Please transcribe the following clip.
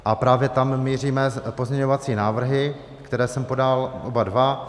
A právě tam míříme pozměňovací návrhy, které jsem podal oba dva.